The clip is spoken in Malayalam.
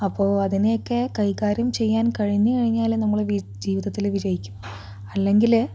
അപ്പോൾ അതിനെയൊക്കെ കൈകാര്യം ചെയ്യാൻ കഴിഞ്ഞു കഴിഞ്ഞാൽ നമ്മൾ വി ജീവിതത്തിൽ വിജയിക്കും അല്ലെങ്കിൽ